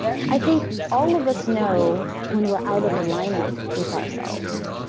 i think all of us know when we're out of alignment with ourselves.